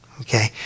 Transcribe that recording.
Okay